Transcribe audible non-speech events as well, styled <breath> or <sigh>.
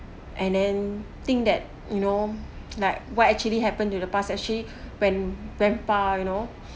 and then think that you know like what actually happen to the past actually <breath> when grandpa you know